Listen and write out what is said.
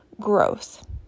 growth